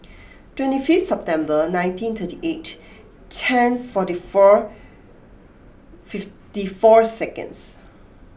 twenty fifth September nineteen thirty eight ten forty four fifty four seconds